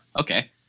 okay